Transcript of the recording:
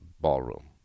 ballroom